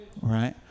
Right